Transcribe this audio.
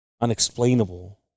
unexplainable